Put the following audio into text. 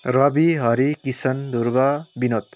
Rabi Hari Kisan Dhruv Binod